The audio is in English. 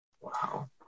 Wow